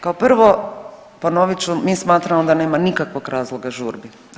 Kao prvo, ponovit ću, mi smatramo da nema nikakvog razloga žurbi.